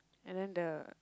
and then the